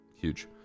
huge